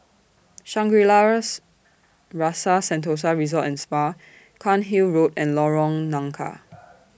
Shangri La's Rasa Sentosa Resort and Spa Cairnhill Road and Lorong Nangka